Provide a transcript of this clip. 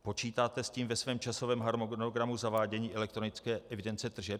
Počítáte s tím ve svém časovém harmonogramu zavádění elektronické evidence tržeb?